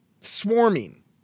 swarming